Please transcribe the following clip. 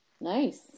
Nice